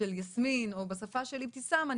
של יסמין או בשפה של אבתיסאם,